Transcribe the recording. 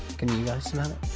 can you guys smell it?